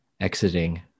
exiting